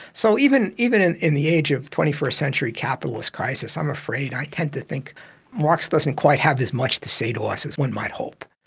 so even even in in the age of twenty first century capitalist crisis, i'm afraid i tend to think marx doesn't quite have as much to say to us as one might hope.